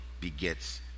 begets